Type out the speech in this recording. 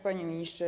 Panie Ministrze!